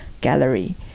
gallery